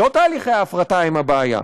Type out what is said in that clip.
לא תהליכי ההפרטה הם הבעיה,